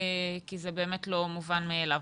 כי זה באמת לא מובן מאליו.